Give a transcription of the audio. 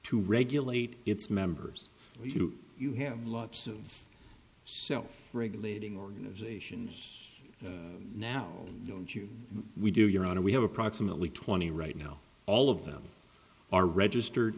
to regulate its members do you have lots of self regulating organizations now don't you we do your honor we have approximately twenty right now all of them are registered